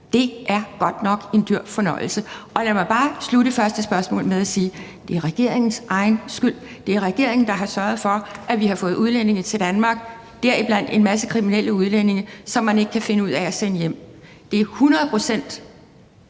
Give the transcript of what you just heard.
Det er godt nok en dyr fornøjelse. Lad mig bare slutte første kommentar med at sige: Det er regeringens egen skyld. Det er regeringen, der har sørget for, at vi har fået udlændinge til Danmark, deriblandt en masse kriminelle udlændinge, som man ikke kan finde ud af at sende hjem. Det er hundrede procent